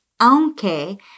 aunque